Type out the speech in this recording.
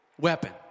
Weapon